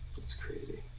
that's crazy.